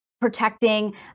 protecting